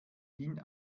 din